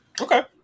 Okay